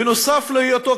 בנוסף להיותו,